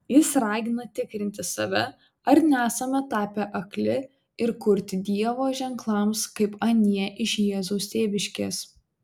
jis ragina tikrinti save ar nesame tapę akli ir kurti dievo ženklams kaip anie iš jėzaus tėviškės